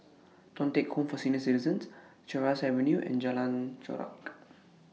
Thong Teck Home For Senior Citizens Sheares Avenue and Jalan Chorak